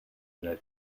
that